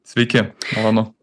sveiki malonu